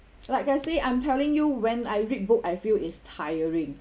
like I say I'm telling you when I read book I feel it's tiring